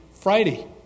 friday